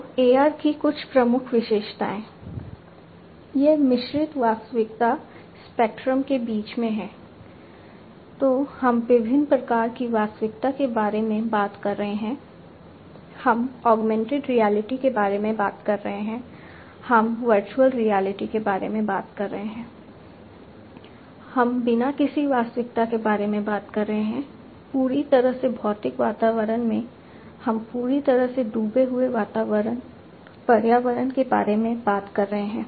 तो AR की कुछ प्रमुख विशेषताएं यह मिश्रित वास्तविकता स्पेक्ट्रम के बारे में बात कर रहे हैं हम बिना किसी वास्तविकता के बारे में बात कर रहे हैं पूरी तरह से भौतिक वातावरण में हम पूरी तरह से डूबे हुए पर्यावरण के बारे में बात कर रहे हैं